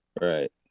Right